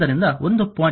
ಆದ್ದರಿಂದ 1